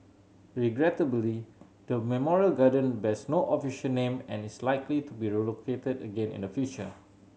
regrettably the memorial garden bears no official name and is likely to be relocated again in the future